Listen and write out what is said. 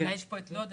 יש פה את לוד,